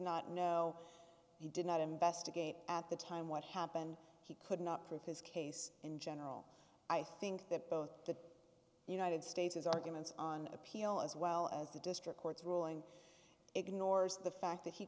not know he did not investigate at the time what happened he could not prove his case in general i think that both the united states is arguments on appeal as well as the district court's ruling ignores the fact that he